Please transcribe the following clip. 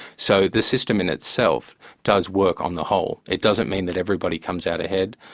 so the system in itself does work on the whole it doesn't mean that everybody comes out ahead,